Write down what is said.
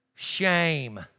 shame